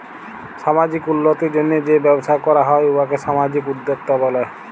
সামাজিক উল্লতির জ্যনহে যে ব্যবসা ক্যরা হ্যয় উয়াকে সামাজিক উদ্যোক্তা ব্যলে